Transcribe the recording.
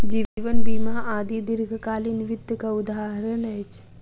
जीवन बीमा आदि दीर्घकालीन वित्तक उदहारण अछि